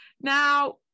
Now